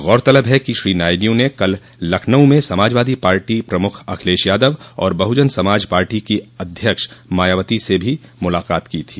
गौरतलब है कि श्री नायडू ने कल लखनऊ में समाजवादी पार्टी प्रमुख अखिलेश यादव और बहुजन समाज पार्टी की अध्यक्ष मायावती से भी मुलाकात की थी